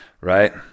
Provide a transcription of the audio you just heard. Right